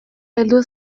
heldu